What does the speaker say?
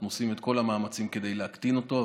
אנחנו עושים את כל המאמצים כדי להקטין אותה,